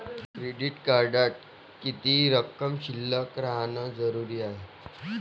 Credit कार्डात किती रक्कम शिल्लक राहानं जरुरी हाय?